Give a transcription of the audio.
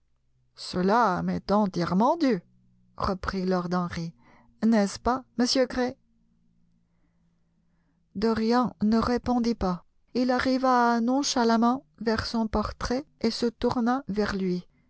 cela m'est entièrement dû reprit lord henry n'est-ce pas monsieur gray dorian ne répondit pas il arriva nonchalamment vers son portrait et se tourna vers lui